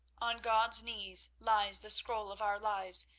on god's knees lies the scroll of our lives,